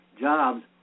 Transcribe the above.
jobs